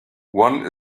one